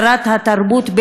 שרת התרבות,